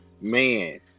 Man